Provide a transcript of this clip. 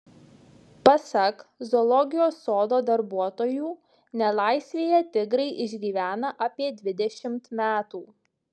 pasak zoologijos sodo darbuotojų nelaisvėje tigrai išgyvena apie dvidešimt metų